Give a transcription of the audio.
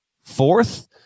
fourth